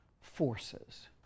forces